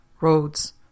roads